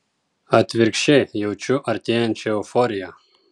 atvirkščiai jaučiu artėjančią euforiją